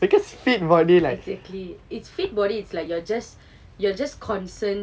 exactly if fit body it's like you're just you're just concern